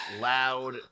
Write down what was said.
loud